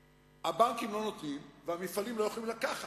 הבנקים לא נותנים, והמפעלים לא יכולים לקחת.